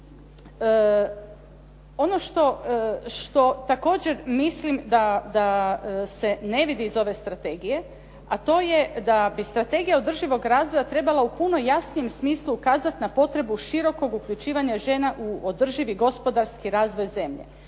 Ono što također mislim da se ne vidi iz ove strategije, a to je da bi Strategija održivog razvoja trebala u puno jasnijem smislu ukazati na potrebu širokog uključivanja žena u održivi gospodarski razvoj zemlje.